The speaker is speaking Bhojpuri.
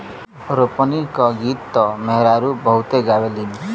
रोपनी क गीत त मेहरारू बहुते गावेलीन